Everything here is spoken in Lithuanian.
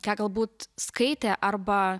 ką galbūt skaitė arba